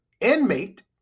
inmate